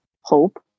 hope